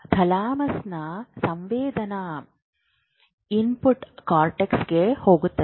ಥಾಲಮಸ್ನಲ್ಲಿನ ಸಂವೇದನಾ ಇನ್ಪುಟ್ ಕಾರ್ಟೆಕ್ಸ್ಗೆ ಹೋಗುತ್ತದೆ